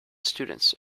students